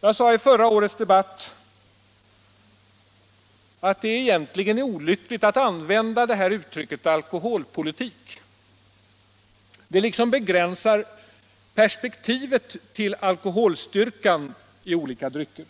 Jag sade i förra årets debatt att det egentligen är olyckligt att använda uttrycket alkoholpolitik. Det liksom begränsar perspektivet till alkoholstyrkan i olika drycker.